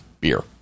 beer